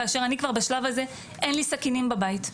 כאשר אני כבר בשלב הזה אין לי סכינים בבית,